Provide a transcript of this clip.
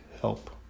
help